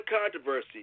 controversy